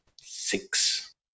Six